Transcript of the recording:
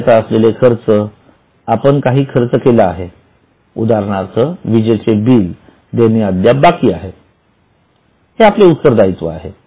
देयता असलेले खर्च आपण काही खर्च केला आहे उदाहरणार्थ विजेचे बिल देणे अद्याप बाकी आहे उत्तरदायित्व आहे